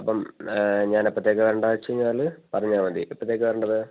അപ്പം ഞാനപ്പോഴത്തേക്ക് രണ്ടാഴ്ച്ച കഴിഞ്ഞാൽ പറഞ്ഞാൽ മതി എപ്പോഴത്തേക്കാണ് വരേണ്ടത്